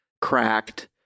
cracked